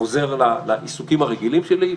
חוזר לעיסוקים הרגילים שלי,